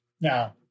Now